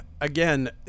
again